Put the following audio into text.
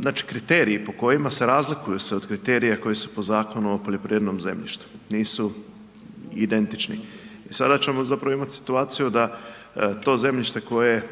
znači kriteriji po kojima se razlikuju se od kriterija koji su po zakonu o poljoprivrednom zemljištu. Nisu identični i sada ćemo zapravo imati situaciju da to zemljište koje